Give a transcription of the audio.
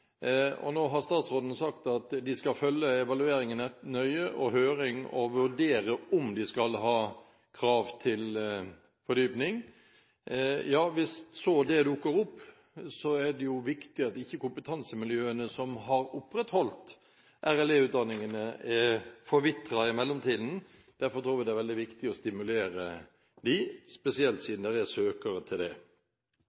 Nå har statsråden sagt at man skal følge evalueringene og høringene nøye, og vurdere om man skal ha krav til fordypning. Hvis det dukker opp, er det jo viktig at ikke kompetansemiljøene som har opprettholdt RLE-utdanningene, forvitrer i mellomtiden. Derfor tror vi det er veldig viktig å stimulere dem, spesielt